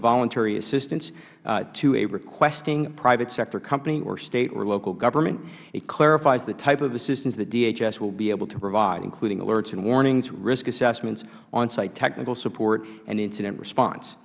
voluntary assistance to a requesting private sector company state or local government it clarifies the type of assistance that dhs will be able to provide including alerts warnings risk assessments on site technical support and incident response